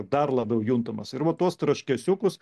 dar labiau juntamas ir va tuos traškesiukus